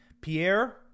Pierre